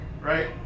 right